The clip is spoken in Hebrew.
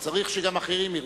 צריך שגם אחרים ירצו.